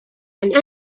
and